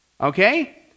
Okay